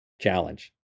challenge